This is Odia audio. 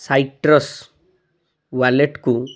ସାଇଟ୍ରସ୍ ୱାଲେଟ୍କୁ